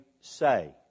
say